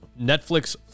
netflix